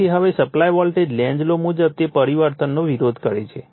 તેથી હવે supply voltage Lenz law મુજબ તે પરિવર્તનનો વિરોધ કરે છે